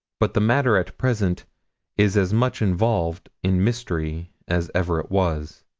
but the matter at present is as much involved in mystery as ever it was.